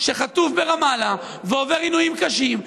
שחטוף ברמאללה ועובר עינויים קשים,